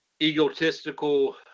egotistical